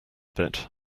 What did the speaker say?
bit